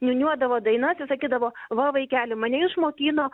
niūniuodavo dainas ir sakydavo va vaikeli mane išmokino